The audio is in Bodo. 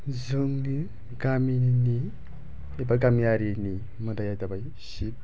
जोंनि गामिनि एबा गामियारिनि मोदाइया जाबाय शिब